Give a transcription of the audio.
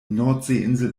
nordseeinsel